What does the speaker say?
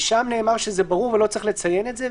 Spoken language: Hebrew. שם נאמר שזה ברור ולא צריך לציין את זה,